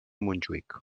montjuïc